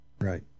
right